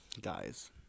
Guys